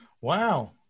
Wow